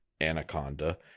Anaconda